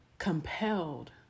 compelled